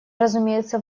разумеется